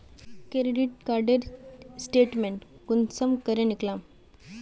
Credit कार्डेर statement कुंसम करे निकलाम?